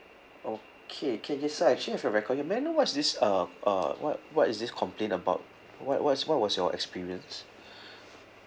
okay can yes sir actually have your record here may I know what's this uh uh what what is this complaint about what what's what was your experience